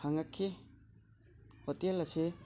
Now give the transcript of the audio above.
ꯍꯪꯉꯛꯈꯤ hotel ꯑꯁꯤ